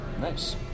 Nice